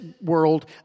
world